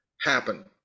happen